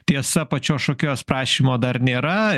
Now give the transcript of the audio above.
tiesa pačios šokėjos prašymo dar nėra